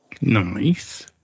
Nice